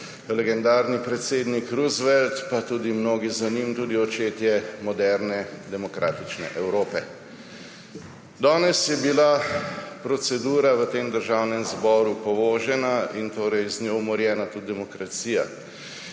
legendarni predsednik Roosevelt pa tudi mnogi za njim, tudi očetje moderne demokratične Evrope. Danes je bila procedura v tem državnem zboru povožena in torej z njo umorjena tudi demokracija.